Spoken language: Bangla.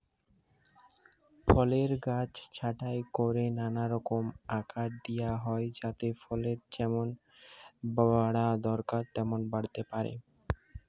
ফলের গাছ ছাঁটাই কোরে নানা রকম আকার দিয়া হয় যাতে ফলের যেমন বাড়া দরকার তেমন বাড়তে পারে